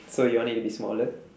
so you want it to be smaller